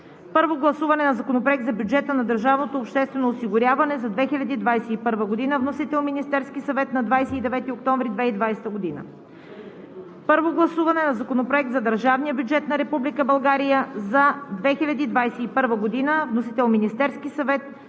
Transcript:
Първо гласуване на Законопроекта за бюджета на държавното обществено осигуряване за 2021 г. Вносител – Министерският съвет на 29 октомври 2020 г. Първо гласуване на Законопроекта за държавния бюджет на Република България за 2021 г. Вносител – Министерският съвет на